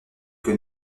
que